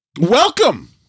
Welcome